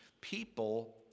people